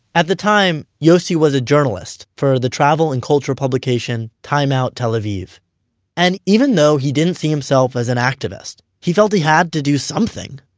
at the time, yossi was a journalist for the travel and culture publication time out tel aviv and even though he didn't see himself as an activist, he felt he had to do something.